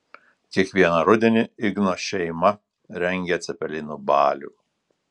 kiekvieną rudenį igno šeima rengia cepelinų balių